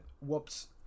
whoops